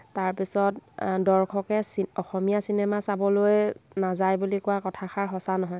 তাৰপিছত দৰ্শকে চি অসমীয়া চিনেমা চাবলৈ নাযায় বুলি কোৱা কথাষাৰ সঁচা নহয়